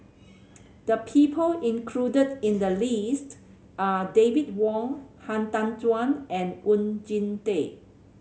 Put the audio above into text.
the people included in the list are David Wong Han Tan Juan and Oon Jin Teik